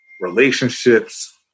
relationships